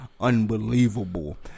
Unbelievable